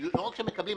ולא רק שמקבלים,